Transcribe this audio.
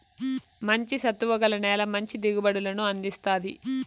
మంచి సత్తువ గల నేల మంచి దిగుబడులను అందిస్తాది